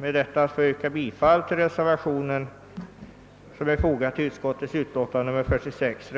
med detta få yrka bifall till den reservation av fru Hamrin-Thorell m.fl., som är fogad till utskottets utlåtande nr 46.